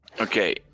Okay